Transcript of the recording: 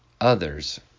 others